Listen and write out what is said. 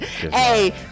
hey